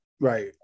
Right